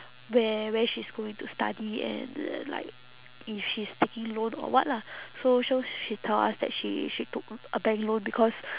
where where she is going to study and like if she is taking loan or what lah so so she tell us that she she took a bank loan because